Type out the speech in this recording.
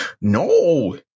no